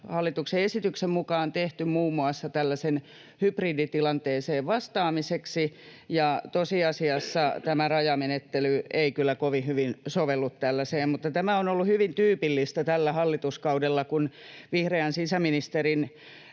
hallituksen esityksen mukaan tehty muun muassa tällaiseen hybriditilanteeseen vastaamiseksi, ja tosiasiassa tämä rajamenettely ei kyllä kovin hyvin sovellu tällaiseen — mutta tämä on ollut hyvin tyypillistä tällä hallituskaudella, kun vihreän sisäministerin